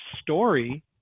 story